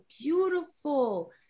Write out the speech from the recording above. beautiful